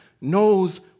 knows